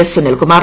S Sunilkumar